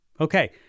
Okay